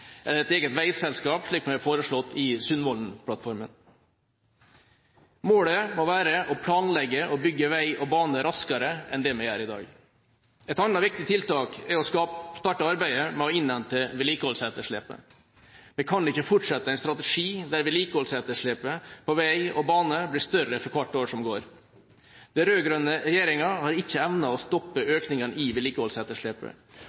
et eget veiselskap, slik vi har foreslått i Sundvolden-plattformen. Målet må være å planlegge og bygge vei og bane raskere enn vi gjør i dag. Et annet viktig tiltak er å starte arbeidet med å innhente vedlikeholdsetterslepet. Vi kan ikke fortsette med en strategi der vedlikeholdsetterslepet på vei og bane blir større for hvert år som går. Den rød-grønne regjeringa har ikke evnet å stoppe